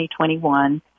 2021